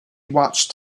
watched